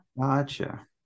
gotcha